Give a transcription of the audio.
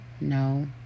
No